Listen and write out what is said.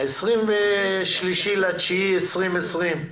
ה-23 לספטמבר 2020,